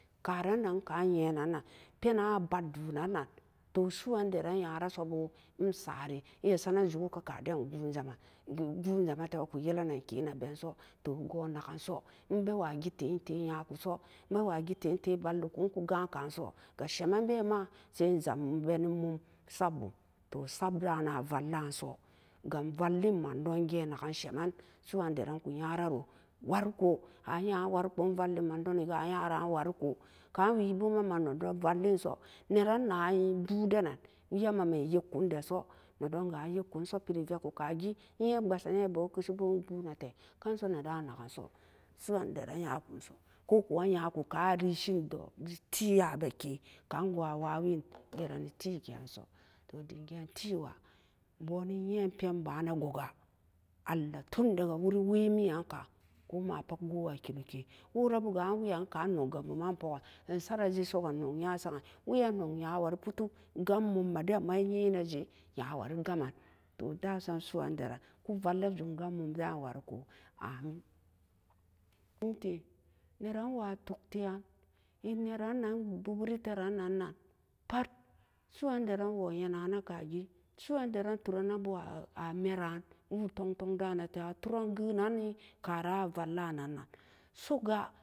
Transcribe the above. Karan nan ka e yee nan pen-nan a bat dunan to su'uwan daran yara sobo e sari e masaren no jukikaran gu'a jaman gujamente ga ku yelin nen e'a binso toh gun nakenso e bewa ge te e teyakoso a bewa gite e te valle kunoku ga'a kaso ga senen ba ma sai jami guanammum sat bum toh sat dan na valla so ga an valle mandon ge naken semen su'uwandaran ku nya wariko, a yan wariko a wariko e valle mandonniga ma nyara warila kan we bo a no ma nedon valle so, neran na boaden na we a non make yau ko da so ne do ga a yau ko so peri a ve'a kun ka ge e ye basenen bo keu seu bo e non guanete ga'n so ne da naken so su'uandaran nya kuso ko kuwa nya ku kan ma lesen tie yabe ke kan go'an ma mawen veren e tie ke ranso to dim ga'a tee wa bonen nyen pen ba ne go'a ga allah ton daga wuri weemi yan ka ko mapat ku guwakeeri ke wurabu ga wean kan bo man e pokan e sare jesoga nong nya serean gan beje soga non yan nong nyawari potok gama yaumme denma e wukeji nyawari ga'amen. toh dasam su'uandaram ku valla jum gam mun da'an wariko amin, e te neran wa tok e neran nan bogritera teeran na nan pat su'uandaran wo yenane su'andaran torenebo a meran mu'u tong tong da ne te a ture gon nan ni karan avalla nan nen suk ga